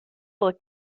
look